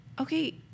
Okay